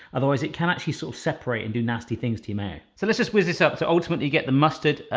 otherwise, it can actually sort of separate and do nasty things to your mayo. so let's just whiz this up. so ultimately you get the mustard,